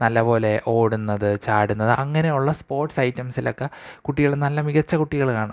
നല്ലപോലെ ഓടുന്നത് ചാടുന്നത് അങ്ങനെയുള്ള സ്പോർട്സ് ഐറ്റംസിലൊക്കെ കുട്ടികള് നല്ല മികച്ച കുട്ടികള് കാണും